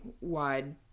wide